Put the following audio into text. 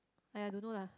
!aiya! don't know lah